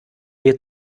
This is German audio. wir